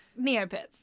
Neopets